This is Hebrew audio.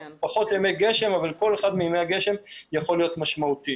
פחות ימי גשם אבל כל אחד מימי הגשם יכול להיות משמעותי.